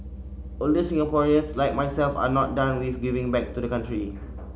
older Singaporeans like myself are not done with giving back to the country